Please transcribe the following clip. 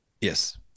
yes